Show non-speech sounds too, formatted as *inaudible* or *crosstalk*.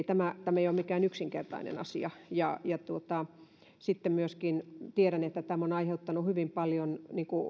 *unintelligible* tämä ei ole mikään yksinkertainen asia sitten myöskin tiedän että tämä on aiheuttanut hyvin paljon